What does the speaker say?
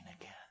again